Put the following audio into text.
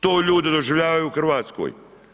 To ljudi doživljavaju u Hrvatskoj.